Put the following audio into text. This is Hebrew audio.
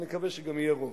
ונקווה שגם יהיה רוב.